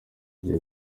ngiye